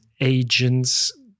agents